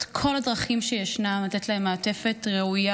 כל הדרכים שישנן כדי לתת להם מעטפת ראויה,